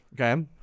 Okay